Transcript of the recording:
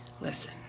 Listen